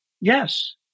Yes